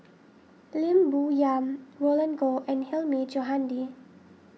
Lim Bo Yam Roland Goh and Hilmi Johandi